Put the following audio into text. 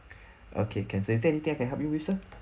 okay can so is there anything I can help you with sir